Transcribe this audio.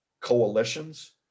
coalitions